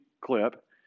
clip